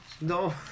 No